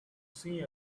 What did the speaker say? see